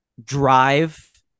drive